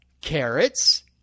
Carrots